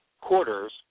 quarters